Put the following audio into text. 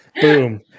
Boom